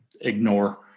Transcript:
ignore